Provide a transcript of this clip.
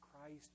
Christ